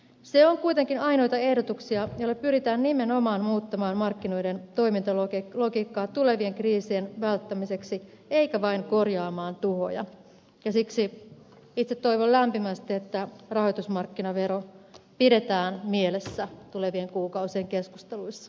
se on kuitenkin ainoita ehdotuksia joilla pyritään nimenomaan muuttamaan markkinoiden toimintalogiikkaa tulevien kriisien välttämiseksi eikä vain korjaamaan tuhoja ja siksi itse toivon lämpimästi että rahoitusmarkkinavero pidetään mielessä tulevien kuukausien keskusteluissa